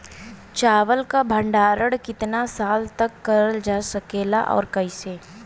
चावल क भण्डारण कितना साल तक करल जा सकेला और कइसे?